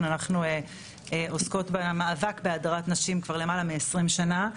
אנחנו עוסקות במאבק בהדרת נשים כבר למעלה מעשרים שנה.